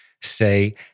say